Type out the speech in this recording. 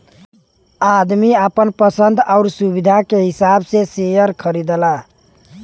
आदमी आपन पसन्द आउर सुविधा के हिसाब से सेअर खरीदला